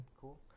Cool